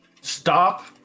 Stop